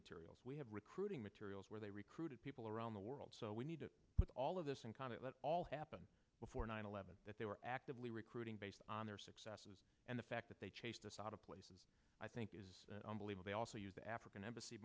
materials we have recruiting materials where they recruited people around the world so we need to put all of this and kind of all happened before nine eleven that they were actively recruiting based on their successes and the fact that they chased us out of places i think is believe they also use the african embassy